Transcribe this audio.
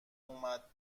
اومد